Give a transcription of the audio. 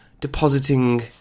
depositing